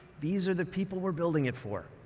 these are the people we're building it for.